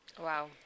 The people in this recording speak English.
wow